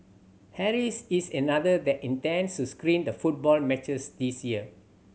Harry's is another that intends to screen the football matches this year